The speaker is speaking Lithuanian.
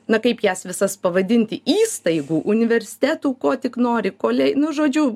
na kaip jas visas pavadinti įstaigų universitetų ko tik nori kole nu žodžiu